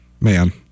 Man